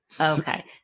Okay